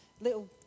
little